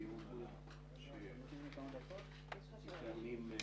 הישיבה ננעלה בשעה 10:32.